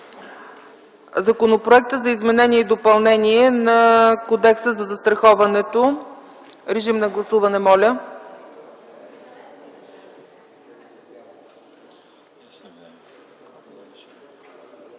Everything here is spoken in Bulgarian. Законопроекта за изменение и допълнение на Кодекса за застраховането. Гласували